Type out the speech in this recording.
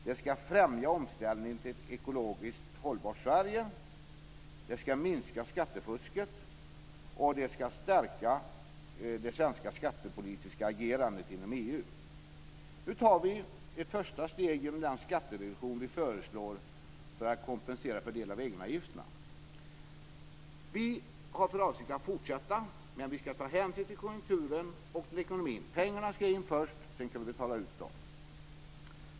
Det ska främja omställningen till ett ekologiskt hållbart Sverige. - Det ska minska skattefusket. - Det ska stärka det svenska skattepolitiska agerandet inom EU. Nu tar vi ett första steg genom den skattereduktion vi föreslår för att kompensera för en del av egenavgifterna. Vi har för avsikt att fortsätta, men vi ska ta hänsyn till konjunkturen och ekonomin. Pengar ska in först, sedan kan vi betala ut dem.